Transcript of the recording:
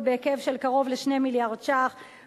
בהיקף של קרוב ל-2 מיליארד שקלים חדשים.